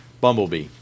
Bumblebee